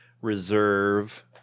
reserve